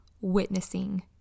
witnessing